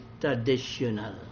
traditional